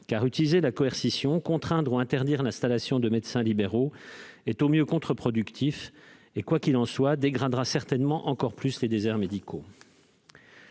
Car utiliser la coercition et contraindre ou interdire l'installation de médecins libéraux serait au mieux contre-productif et, quoi qu'il en soit, dégraderait certainement encore davantage la situation des déserts médicaux.